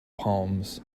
palms